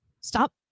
stop